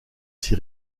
s’y